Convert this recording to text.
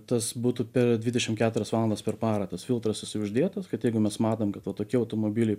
tas būtų per dvidešim keturias valandas per parą tas filtras jisai uždėtas kad jeigu mes matom kad va tokie automobiliai